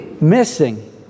missing